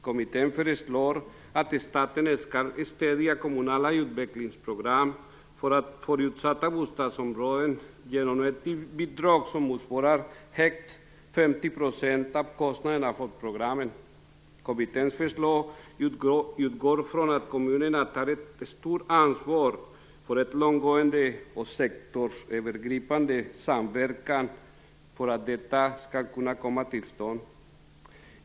Kommittén föreslår att staten skall stödja kommunala utvecklingsprogram för utsatta bostadsområden genom ett bidrag som motsvarar högst 50 % av kostnaderna för programmen. Kommitténs förslag utgår från att kommunerna tar ett stort ansvar för att en långtgående och sektorsövergripande samverkan skall komma till stånd.